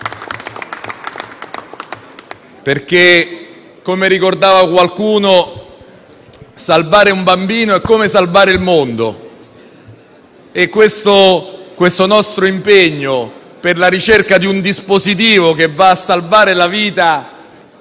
FdI)*. Come ricordava qualcuno, salvare un bambino è come salvare il mondo. Questo nostro impegno per la ricerca di un dispositivo che va a salvare la vita